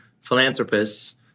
philanthropists